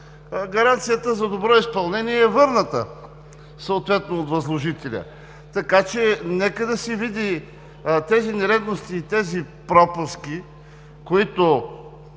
гаранцията за добро изпълнение е върната съответно от възложителя, така че нека да се видят тези нередности и тези пропуски, които